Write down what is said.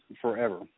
forever